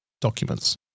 documents